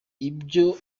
ibyo